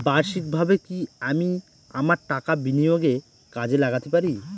বার্ষিকভাবে কি আমি আমার টাকা বিনিয়োগে কাজে লাগাতে পারি?